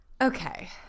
Okay